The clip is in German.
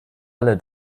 alle